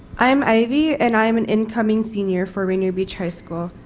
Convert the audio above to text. i am aivy, and i'm an incoming senior for rainier beach high school.